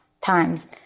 times